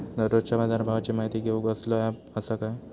दररोजच्या बाजारभावाची माहिती घेऊक कसलो अँप आसा काय?